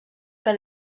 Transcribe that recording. que